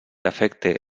afecte